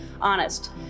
honest